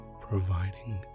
providing